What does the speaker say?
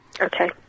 Okay